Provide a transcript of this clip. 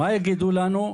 מה יגידו לנו?